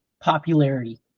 popularity